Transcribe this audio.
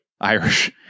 irish